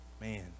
Man